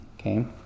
Okay